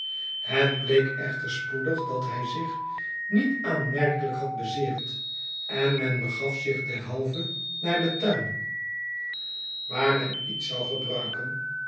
het bleek echter spoedig dat hij zich niet aanmerkelijk had bezeerd en men begaf zich derhalve naar den tuin waar men iets zou gebruiken